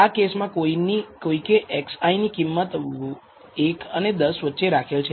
આ કેસમાં કોઈકે xi ની કિંમત 1 અને 10 વચ્ચે રાખેલ છે